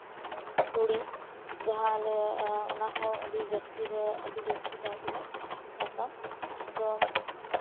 ᱛᱩᱲᱤ ᱡᱟᱦᱟᱸ ᱟᱞᱮ ᱚᱱᱟᱦᱚᱸ ᱟᱹᱰᱤ ᱡᱟᱹᱥᱛᱤᱞᱮ ᱟᱹᱰᱤ ᱡᱟᱹᱥᱛᱤ ᱠᱟᱭᱛᱮᱞᱮ ᱪᱟᱥᱼᱟ ᱛᱚ